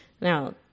Now